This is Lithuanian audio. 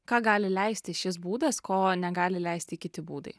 ką gali leisti šis būdas ko negali leisti kiti būdai